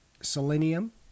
selenium